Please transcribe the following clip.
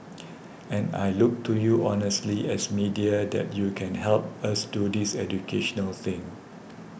and I look to you honestly as media that you can help us do this educational thing